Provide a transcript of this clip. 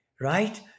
right